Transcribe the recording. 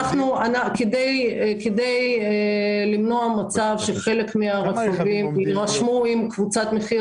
כדי למנוע מצב שחלק מכלי הרכב יירשמו עם קבוצת מחיר